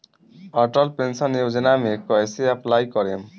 Atal pension Yojana मे कैसे apply करेम?